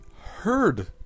heard